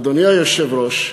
אדוני היושב-ראש,